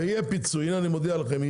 ויהיה פיצוי אני מודיע לכם,